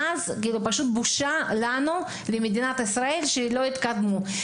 מאז בושה לנו, למדינת ישראל שלא התקדמו.